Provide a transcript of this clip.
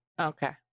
Okay